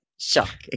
Shocking